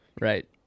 right